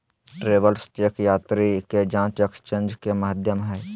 travellers cheque यात्री के जांच एक्सचेंज के माध्यम हइ